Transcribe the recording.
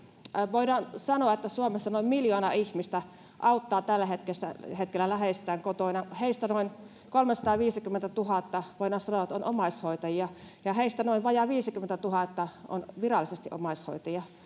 suomessa noin miljoona ihmistä auttaa tällä hetkellä hetkellä läheistään kotona ja voidaan sanoa että heistä noin kolmesataaviisikymmentätuhatta on omaishoitajia ja heistä noin vajaat viisikymmentätuhatta on virallisesti omaishoitajia